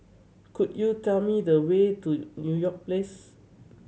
could you tell me the way to You York Place